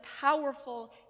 powerful